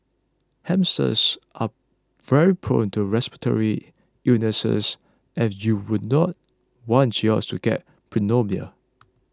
hamsters are very prone to respiratory illnesses and you would not want yours to get pneumonia